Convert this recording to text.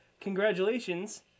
congratulations